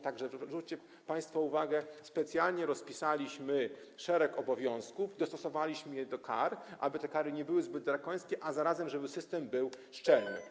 Tak że zwróćcie państwo uwagę, że specjalnie rozpisaliśmy szereg obowiązków, dostosowaliśmy je do kar, aby te kary nie były zbyt drakońskie, a zarazem, żeby system był szczelny.